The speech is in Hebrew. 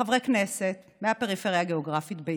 חברי כנסת מהפריפריה הגיאוגרפית בעיקר,